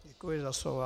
Děkuji za slovo.